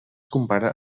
compara